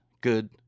good